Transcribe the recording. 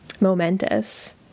momentous